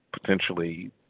Potentially